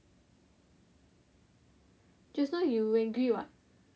just now you angry what